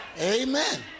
amen